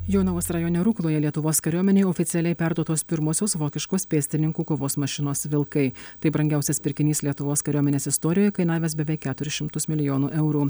jonavos rajone rukloje lietuvos kariuomenei oficialiai perduotos pirmosios vokiškos pėstininkų kovos mašinos vilkai tai brangiausias pirkinys lietuvos kariuomenės istorijoje kainavęs beveik keturis šimtus milijonų eurų